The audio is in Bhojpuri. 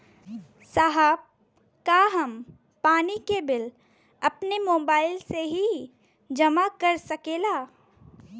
साहब का हम पानी के बिल अपने मोबाइल से ही जमा कर सकेला?